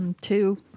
two